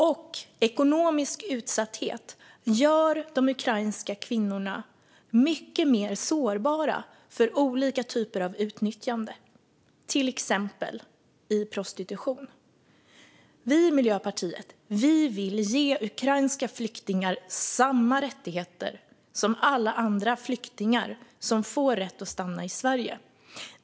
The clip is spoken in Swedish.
Och ekonomisk utsatthet gör de ukrainska kvinnorna mycket mer sårbara för olika typer av utnyttjande, till exempel i prostitution. Vi i Miljöpartiet vill ge ukrainska flyktingar samma rättigheter som alla andra flyktingar som får rätt att stanna i Sverige.